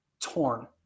torn